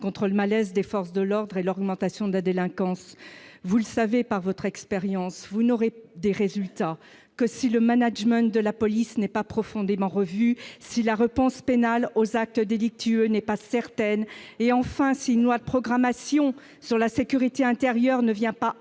contre le malaise des forces de l'ordre et l'augmentation de la délinquance, vous le savez, par votre expérience, vous n'aurez des résultats que si le management de la police n'est pas profondément revu si la réponse pénale aux actes délictueux n'est pas certaine, et enfin, si une loi de programmation sur la sécurité intérieure ne vient pas